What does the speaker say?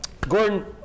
Gordon